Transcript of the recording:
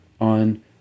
on